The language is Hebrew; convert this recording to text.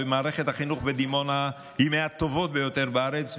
ומערכת החינוך בדימונה היא מהטובות ביותר בארץ,